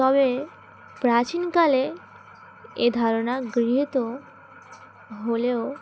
তবে প্রাচীনকালে এ ধারণা গৃহীত হলেও